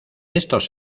estos